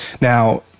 Now